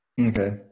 Okay